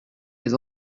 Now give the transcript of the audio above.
les